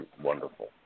wonderful